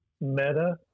META